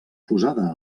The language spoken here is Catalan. posada